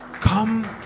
come